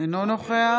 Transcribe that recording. אינו נוכח